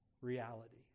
reality